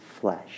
flesh